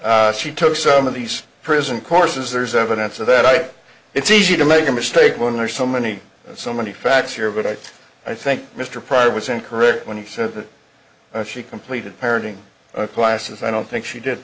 excuse she took some of these prison courses there's evidence of that i it's easy to make a mistake when there are so many so many facts here but i think i think mr pryor was incorrect when he said that she completed parenting classes i don't think she did